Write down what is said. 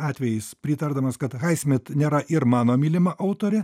atvejais pritardamas kad haismit nėra ir mano mylima autorė